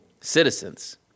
citizens